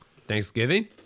Thanksgiving